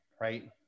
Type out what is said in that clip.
Right